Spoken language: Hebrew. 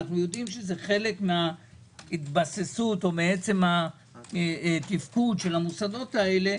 אנחנו יודעים שזה חלק מההתבססות או מעצם התפקוד של המוסדות האלה,